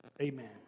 Amen